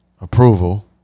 approval